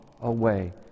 away